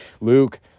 Luke